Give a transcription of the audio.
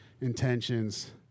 Intentions